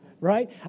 Right